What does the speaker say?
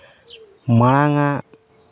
ᱢᱟᱲᱟᱝ ᱟᱜ